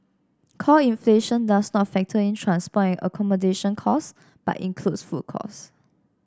core inflation does not factor in transport and accommodation costs but includes food costs